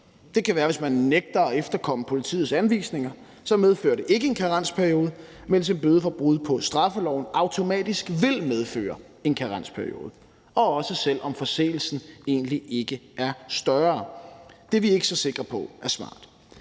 det kan være, hvis man nægter at efterkomme politiets anvisninger – så medfører det ikke en karensperiode, mens en bøde for brud på straffeloven automatisk vil medføre en karensperiode, også selv om forseelsen egentlig ikke er større. Det er vi ikke så sikre på er smart.